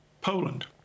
Poland